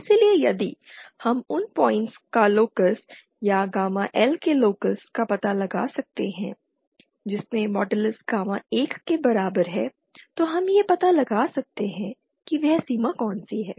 इसलिए यदि हम उन पॉइन्ट्स का लोकस या गामा L के लोकस का पता लगा सकते हैं जिसमें मॉडलस गामा 1 के बराबर है तो हम यह पता लगा सकते हैं कि वह सीमा कौन सी है